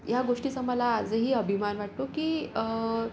या गोष्टीचा मला आजही अभिमान वाटतो की